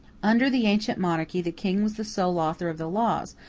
under the ancient monarchy the king was the sole author of the laws,